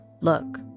Look